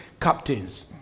captains